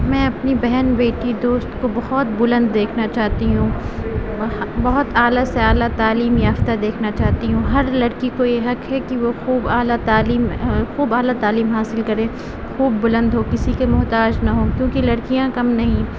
میں اپنی بہن بیٹی دوست کو بہت بلند دیکھنا چاہتی ہوں بہت اعلیٰ سے اعلیٰ تعلیم یافتہ دیکھنا چاہتی ہوں ہر لڑکی کو یہ حق ہے کہ وہ خوب اعلیٰ تعلیم خوب اعلیٰ تعلیم حاصل کرے خوب بلند ہو کسی کی محتاج نہ ہو کیونکہ لڑکیاں کم نہیں